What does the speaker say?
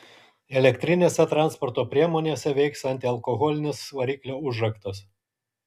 elektrinėse transporto priemonėse veiks antialkoholinis variklio užraktas